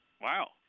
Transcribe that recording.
Wow